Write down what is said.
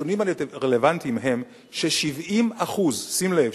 הנתונים הרלוונטיים הם ש-70% שים לב,